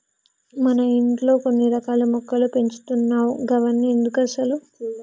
మన ఇంట్లో కొన్ని రకాల మొక్కలు పెంచుతున్నావ్ గవన్ని ఎందుకసలు